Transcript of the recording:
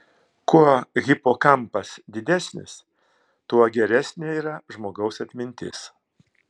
kuo hipokampas didesnės tuo geresnė yra žmogaus atmintis